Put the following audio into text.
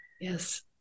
yes